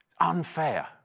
Unfair